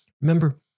Remember